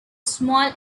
small